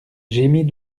gémit